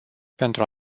pentru